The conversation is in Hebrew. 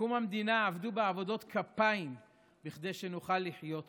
בקום המדינה עבדו בעבודות כפיים כדי שנוכל לחיות פה.